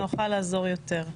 יופי, נוכל לעזור יותר.